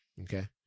okay